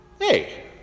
hey